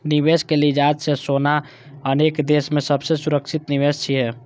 निवेशक लिजाज सं सोना अनेक देश मे सबसं सुरक्षित निवेश छियै